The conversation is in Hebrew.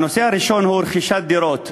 הנושא הראשון הוא רכישת דירות.